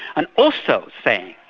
and also saying,